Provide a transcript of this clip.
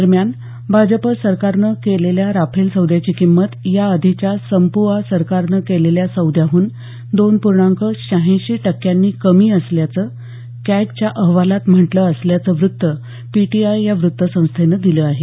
दरम्यान भाजप सरकारनं केलेल्या राफेल सौद्याची किंमत याआधीच्या संप्रआ सरकारनं केलेल्या सौद्याहून दोन पूर्णांक शहाऐंशी टक्क्यांनी कमी असल्याचं कॅगच्या अहवालात म्हटलं असल्याचं वृत्त पीटीआय या वृत्त संस्थेनं दिलं आहे